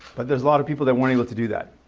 but there's a lot of people that weren't able to do that